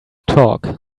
talk